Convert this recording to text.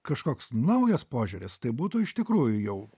kažkoks naujas požiūris tai būtų iš tikrųjų jau